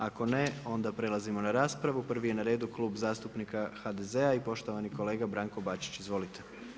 Ako ne, onda prelazimo na raspravu, prvi je na redu Klub zastupnika HDZ-a i poštovani kolega Branko Bačić, izvolite.